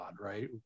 right